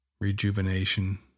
Rejuvenation